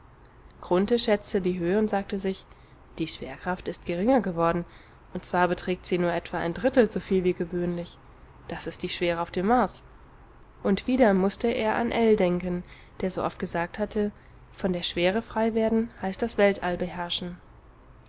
schätzte die höhe und sagte sich die schwerkraft ist geringer geworden und zwar beträgt sie nur etwa ein drittel soviel wie gewöhnlich das ist die schwere auf dem mars und wieder mußte er an ell denken der so oft gesagt hatte von der schwere frei werden heißt das weltall beherrschen